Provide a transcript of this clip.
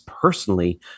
personally